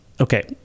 okay